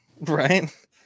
Right